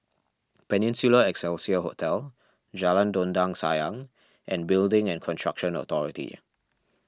Peninsula Excelsior Hotel Jalan Dondang Sayang and Building and Construction Authority